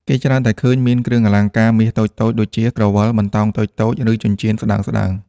គេច្រើនតែឃើញមានគ្រឿងអលង្ការមាសតូចៗ ដូចជា ក្រវិល បន្តោងតូចៗ ឬចិញ្ចៀនស្ដើងៗ។